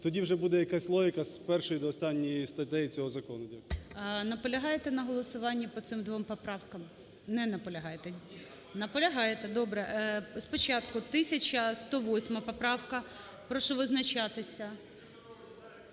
тоді вже буде якась логіка з першої до останньої статті цього закону. ГОЛОВУЮЧИЙ. Наполягаєте на голосуванні по цим двом поправкам? Не наполягаєте? Наполягаєте, добре. Спочатку 1008 поправка, прошу визначатися.